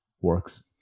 works